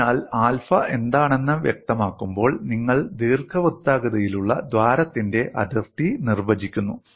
അതിനാൽ ആൽഫ എന്താണെന്ന് വ്യക്തമാക്കുമ്പോൾ നിങ്ങൾ ദീർഘവൃത്താകൃതിയിലുള്ള ദ്വാരത്തിന്റെ അതിർത്തി നിർവചിക്കുന്നു